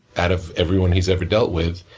out of everyone he's ever dealt with,